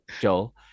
Joel